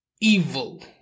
evil